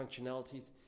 functionalities